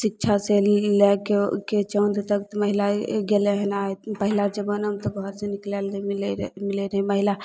शिक्षासँ ई लएके ओके चाँद तक महिला गेलय हन आइ पहिला जमानामे तऽ घरसँ निकलय लए नहि मिलय रऽ मिलय रहय महिला